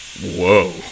Whoa